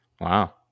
Wow